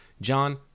John